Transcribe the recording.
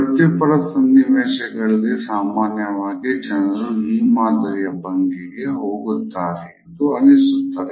ವೃತ್ತಿಪರ ಸನ್ನಿವೇಶಗಳಲ್ಲಿ ಸಾಮಾನ್ಯವಾಗಿ ಜನರು ಈ ಮಾದರಿಯ ಭಂಗಿಗೆ ಹೋಗುತ್ತಾರೆ ಎಂದು ಅನಿಸುತ್ತದೆ